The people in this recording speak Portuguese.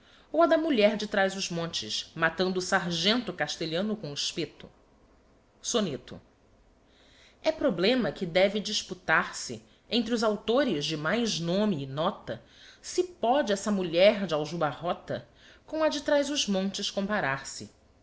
ou a da mulher de traz os montes matando o sargento castelhano com o espeto soneto é problema que deve disputar se entre os authores de mais nome e nota se póde essa mulher de aljubarrota com a de traz os montes comparar se